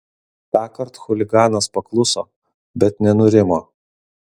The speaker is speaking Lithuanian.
tąkart chuliganas pakluso bet nenurimo